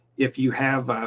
if you have a,